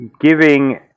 giving